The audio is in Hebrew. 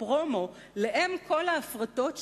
הפרומו לאם כל ההפרטות,